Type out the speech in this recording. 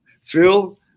Phil